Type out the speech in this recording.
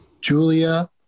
Julia